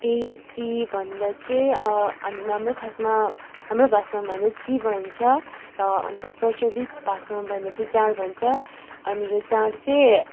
ए यो ची भन्दा चाहिँ हाम् हाम्रो खासमा हाम्रो भाषामा भन्दा ची भन्छ र अन्त प्रचलित भाषामा भन्दा चाहिँ जाँड भन्छ अनि यो जाँड चाहिँ